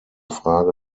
frage